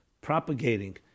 propagating